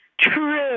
True